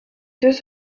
deux